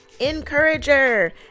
Encourager